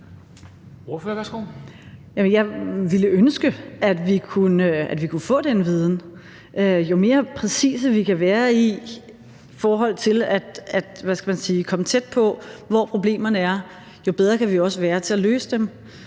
jeg ville ønske, at vi kunne få den viden. Jo mere præcise vi kan være i forhold til at komme tæt på, hvor problemerne er, jo bedre kan vi også være til at løse dem.